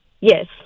Yes